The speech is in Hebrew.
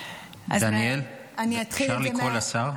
דניאל, אפשר לקרוא לשר?